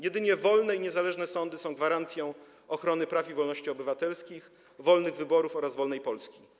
Jedynie wolne i niezależne sądy są gwarancją ochrony praw i wolności obywatelskich, wolnych wyborów oraz wolnej Polski.